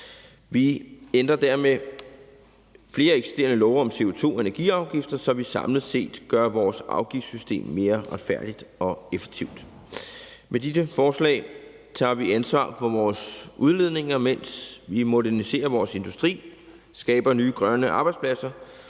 Vi ændrer dermed flere eksisterende love om CO2- og energiafgifter, så vi samlet set gør vores afgiftssystem mere retfærdigt og effektivt. Med disse forslag tager vi ansvar for vores udledninger, mens vi moderniserer vores industri og skaber nye grønne arbejdspladser,